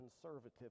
conservative